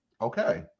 Okay